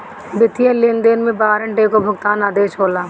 वित्तीय लेनदेन में वारंट एगो भुगतान आदेश होला